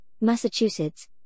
Massachusetts